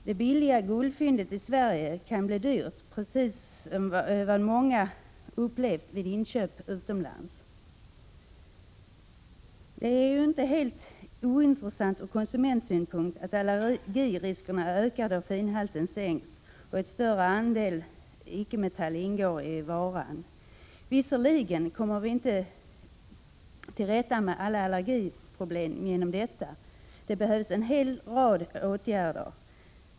Det billiga guldfyndet i Sverige kan bli dyrt, precis som många upplevt att inköp utomlands har blivit. Det är inte helt ointressant från konsumentsynpunkt att allergiriskerna ökar då finhalten sänks och en större andel icke-ädelmetall ingår i varan. Visserligen kommer man inte till rätta med alla allergiproblem på detta sätt — det behövs en hel rad åtgärder.